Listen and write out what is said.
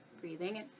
Breathing